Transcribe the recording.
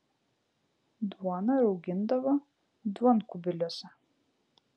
duoną raugindavo duonkubiliuose